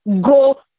go